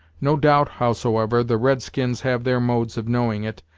no doubt, howsoever, the red-skins have their modes of knowing it,